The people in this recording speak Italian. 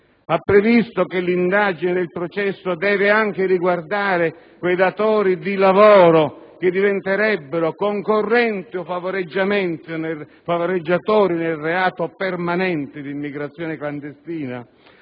Ha previsto che l'indagine e il processo devono anche riguardare i datori di lavoro, che diventerebbero concorrenti o favoreggiatori nel reato permanente di immigrazione clandestina?